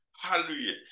Hallelujah